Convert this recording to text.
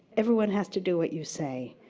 everyone has to do what you say.